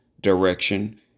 direction